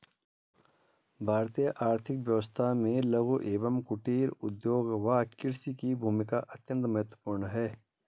भारतीय आर्थिक व्यवस्था में लघु एवं कुटीर उद्योग व कृषि की भूमिका अत्यंत महत्वपूर्ण है